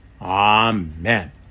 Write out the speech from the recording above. Amen